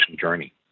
journey